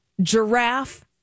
giraffe